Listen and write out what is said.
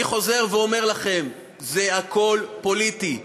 אני חוזר ואומר לכם: הכול פוליטי,